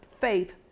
faith